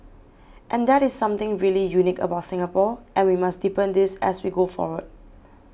and that is something really unique about Singapore and we must deepen this as we go forward